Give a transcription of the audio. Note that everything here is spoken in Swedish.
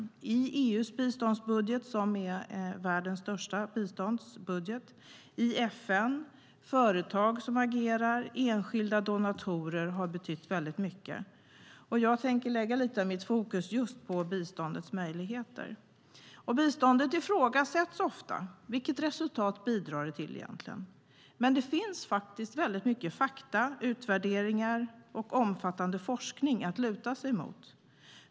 Det handlar om EU:s biståndsbudget, världens största biståndsbudget, budgetar i FN och i företag. Enskilda donatorer har betytt mycket. Jag tänkte lägga lite av mitt fokus just på biståndets möjligheter. Biståndet ifrågasätts ofta. Vilket resultat bidrar det till? Men det finns fakta, utvärderingar och omfattande forskning att luta sig mot.